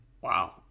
Wow